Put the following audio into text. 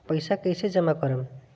पैसा कईसे जामा करम?